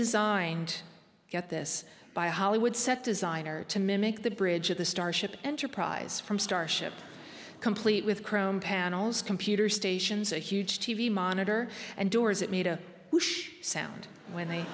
designed to get this by a hollywood set designer to mimic the bridge of the starship enterprise from starship complete with chrome panels computer stations a huge t v monitor and doors it made a wish sound when they